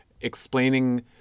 explaining